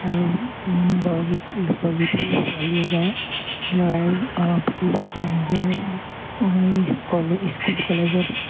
আৰু বৰগীত লোকগীতো ছোৱালীয়ে গায় ল'ৰায়ো প্ৰতিযোগিতা এনেকৈ এই স্কুল কলেজত